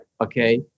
okay